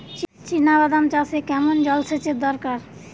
চিনাবাদাম চাষে কেমন জলসেচের দরকার?